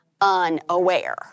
unaware